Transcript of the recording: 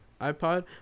iPod